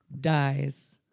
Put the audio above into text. dies